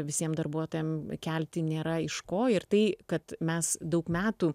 visiem darbuotojam kelti nėra iš ko ir tai kad mes daug metų